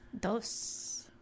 dos